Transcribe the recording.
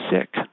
sick